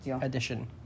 edition